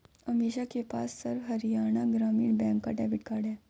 अमीषा के पास सर्व हरियाणा ग्रामीण बैंक का डेबिट कार्ड है